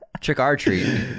Trick-or-treat